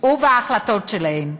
ובהחלטות שלהן.